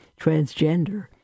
transgender